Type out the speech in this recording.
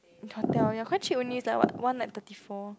hotel ya quite cheap only like it's like what one night thirty four